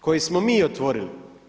Koje smo mi otvorili.